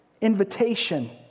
invitation